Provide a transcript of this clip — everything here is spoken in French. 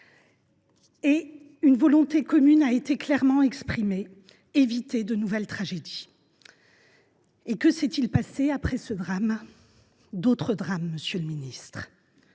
Une volonté commune a été clairement exprimée : éviter de nouvelles tragédies. Or que s’est il passé après ce drame ? D’autres drames, monsieur le ministre